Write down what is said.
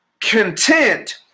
content